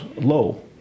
low